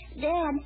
Dad